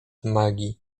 magii